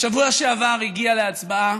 בשבוע שעבר הגיעה להצבעה